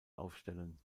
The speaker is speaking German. aufstellen